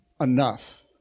enough